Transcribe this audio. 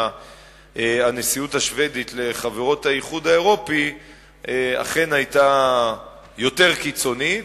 הנשיאות השבדית לחברות האיחוד האירופי אכן היתה יותר קיצונית